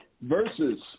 Versus